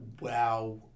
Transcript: wow